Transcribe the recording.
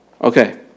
Okay